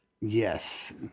Yes